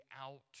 out